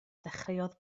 ddechreuodd